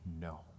no